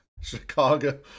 Chicago